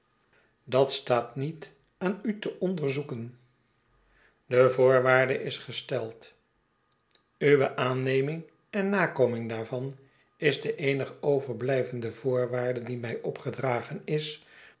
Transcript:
dat staat niet aan u te onderzoeken de voorwaarde is gesteld uwe aanneming en nakoming daarvan is de eenig overbiijvende voorwaarde die mij opgedragen is